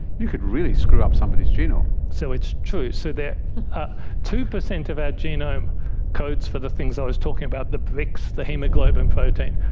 you can really screw up somebody's genome. so it's true. so ah two percent of our genome codes for the things i was talking about, the bricks, the haemoglobin protein.